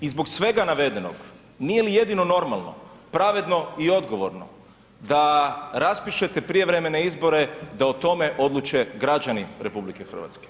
I zbog svega navedenog nije li jedino normalno, pravedno i odgovorno da raspišete prijevremene izbore da o tome odluče građani RH?